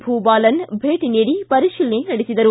ಭೂಬಾಲನ್ ಭೇಟಿ ನೀಡಿ ಪರಿಶೀಲನೆ ನಡೆಸಿದರು